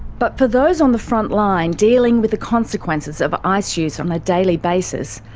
but for those on the frontline, dealing with the consequences of ice use on a daily basis,